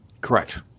Correct